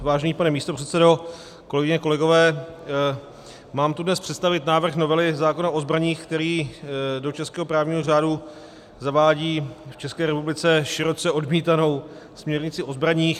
Vážený pane místopředsedo, kolegyně, kolegové, mám tu dnes představit návrh novely zákona o zbraních, který do českého právního řádu zavádí v ČR široce odmítanou směrnici o zbraních.